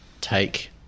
take